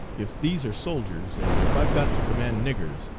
if these are soldiers, and if i've got to command niggers,